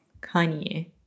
Kanye